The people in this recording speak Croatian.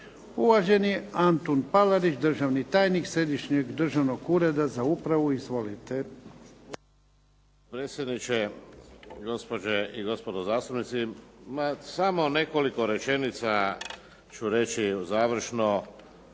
Uvaženi Antun Palarić, državni tajnik Središnjeg državnog ureda za upravu, izvolite.